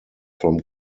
from